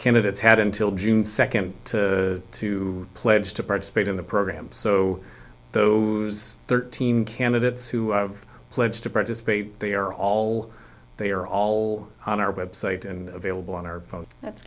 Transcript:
candidates had until june second to to pledge to participate in the program so the thirteen candidates who have pledged to participate they are all they are all on our website and available on our